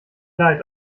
leid